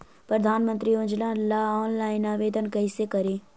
प्रधानमंत्री योजना ला ऑनलाइन आवेदन कैसे करे?